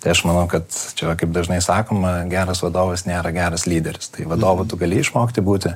tai aš manau kad čia va kaip dažnai sakoma geras vadovas nėra geras lyderis tai vadovu tu gali išmokti būti